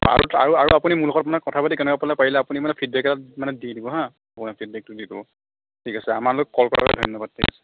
আৰু আৰু আৰু আপুনি মোৰ লগত মানে কথা পাতি কেনেকুৱা পালে পাৰিলে আপুনি মানে ফিডবেক এটা মানে দি দিব হাঁ হয় ফিডবেকটো দি দিব ঠিক আছে আমালৈ ক'ল কৰাৰ বাবে ধন্যবাদ ঠিক আছে